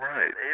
Right